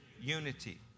unity